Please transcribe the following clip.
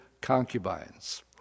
concubines